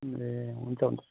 ए हुन्छ हुन्छ